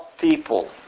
people